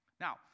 Now